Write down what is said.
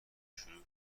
شروع